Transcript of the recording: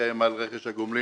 מקיים על רכש הגומלין.